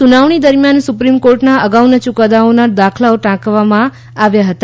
સુનાવણી દરમિયાન સુપ્રીમ કોર્ટના અગાઉના ચુકાદાઓના દાખલાઓ ટાંકવામાં આવ્યા હતા